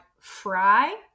fry